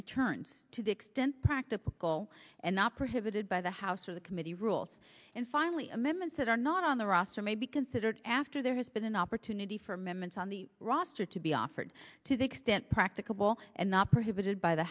returns to the extent practical and not prohibited by the house or the committee rules and finally amendments that are not on the roster may be considered after there has been an opportunity for amendments on the roster to be offered to the extent practicable and not prohibited by the